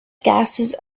gases